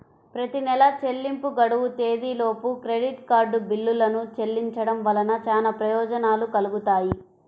ప్రతి నెలా చెల్లింపు గడువు తేదీలోపు క్రెడిట్ కార్డ్ బిల్లులను చెల్లించడం వలన చాలా ప్రయోజనాలు కలుగుతాయి